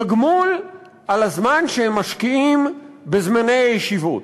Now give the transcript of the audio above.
תגמול על הזמן שהם משקיעים בישיבות.